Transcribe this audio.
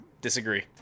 Disagree